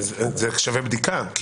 זה שווה בדיקה.